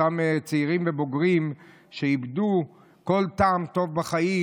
אותם צעירים ובוגרים שאיבדו כל טעם טוב בחיים